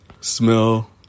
smell